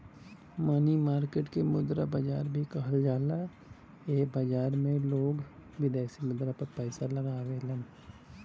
मनी market के मुद्रा बाजार भी कहल जाला एह बाजार में लोग विदेशी मुद्रा पर पैसा लगावेलन